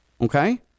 Okay